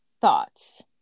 Thoughts